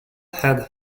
had